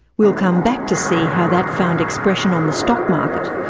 we'll come back to see how that found expression on the stock market,